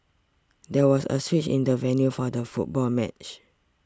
there was a switch in the venue for the football match